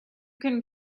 can